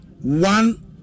one